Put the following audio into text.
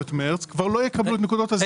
משכורת מרץ כבר לא יקבלו את נקודות הזיכוי.